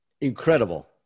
Incredible